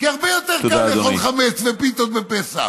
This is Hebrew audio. כי הרבה יותר קל לאכול חמץ ופיתות בפסח.